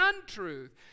untruth